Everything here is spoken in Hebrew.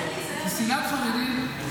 סמוטריץ',